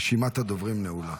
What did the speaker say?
רשימת הדוברים נעולה.